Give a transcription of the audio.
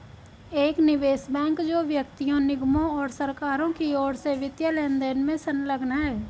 एक निवेश बैंक जो व्यक्तियों निगमों और सरकारों की ओर से वित्तीय लेनदेन में संलग्न है